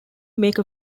make